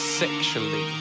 sexually